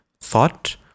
thought